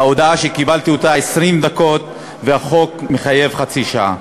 וההודעה שקיבלתי, 20 דקות, והחוק מחייב חצי שעה.